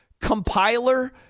compiler